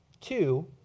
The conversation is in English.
two